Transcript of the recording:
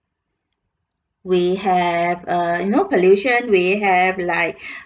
we have uh you know pollution we have like